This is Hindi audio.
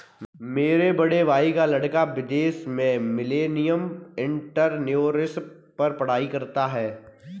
मेरे भाई का लड़का विदेश में मिलेनियल एंटरप्रेन्योरशिप पर पढ़ाई कर रहा है